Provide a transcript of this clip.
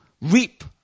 reap